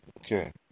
Okay